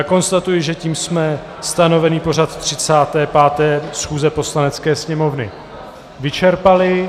Konstatuji, že tím jsme stanovený pořad 35. schůze Poslanecké sněmovny vyčerpali.